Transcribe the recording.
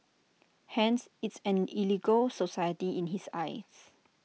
hence it's an illegal society in his eyes